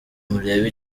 murebe